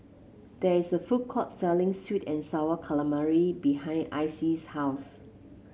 there is a food court selling sweet and sour calamari behind Icey's house